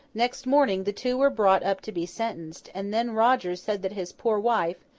next morning the two were brought up to be sentenced and then rogers said that his poor wife,